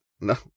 No